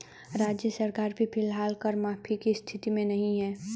राज्य सरकार भी फिलहाल कर माफी की स्थिति में नहीं है